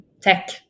tech